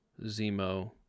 Zemo